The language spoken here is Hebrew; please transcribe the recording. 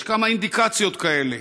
יש כמה אינדיקציות כאלה.